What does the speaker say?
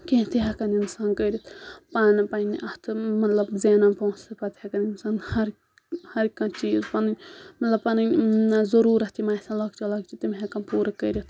کینٛہہ تہِ ہیکان اِنسان کٔرِتھ پانہٕ پَننہِ اَتھٕ مطلب زینان پونسہٕ پَتہٕ ہیکان اِنسان ہر ہر کانٛہہ چیٖز مطلب پَنٕنۍ ضروٗرت تِم آسَن لۄکچہِ لۄکچہِ تِم ہؠکان پوُرٕ کٔرِتھ